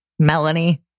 Melanie